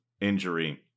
injury